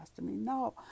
No